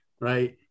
right